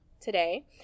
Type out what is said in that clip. today